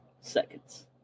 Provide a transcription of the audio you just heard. seconds